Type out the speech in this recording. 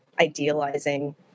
idealizing